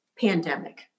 pandemic